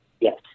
Yes